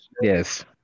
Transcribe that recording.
Yes